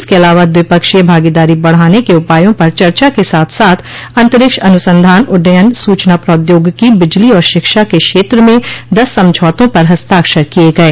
इसके अलावा द्विपक्षीय भागीदारी बढ़ाने के उपायों पर चर्चा के साथ साथ अंतरिक्ष अन्संधान उड्डयन सूचना प्रौद्योगिकी बिजली और शिक्षा के क्षेत्र में दस समझौतों पर हस्ताक्षर किये गये